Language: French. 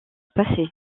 passé